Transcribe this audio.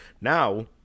Now